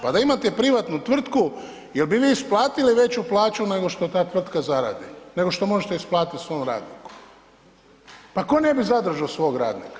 Pa da imate privatnu tvrtku jel bi vi isplatili veću plaću nego što ta tvrtka zaradi, nego što možete isplatiti svom radniku, pa tko ne bi zadržao svog radnika.